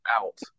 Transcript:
out